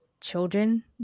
children